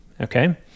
okay